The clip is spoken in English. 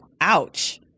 ouch